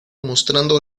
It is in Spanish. mostrando